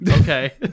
Okay